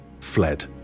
fled